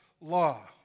law